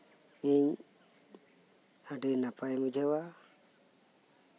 ᱤᱧ ᱟᱹᱰᱤ ᱱᱟᱯᱟᱭ ᱤᱧ ᱵᱩᱡᱷᱟᱹᱣᱟ